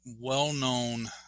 well-known